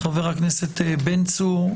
חבר הכנסת בן צור,